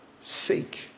seek